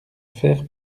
faire